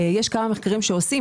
יש כמה מחקרים עושים.